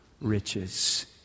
riches